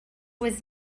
was